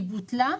היא בוטלה,